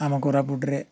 ଆମ କୋରାପୁଟରେ